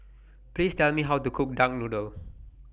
Please Tell Me How to Cook Duck Noodle